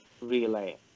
relay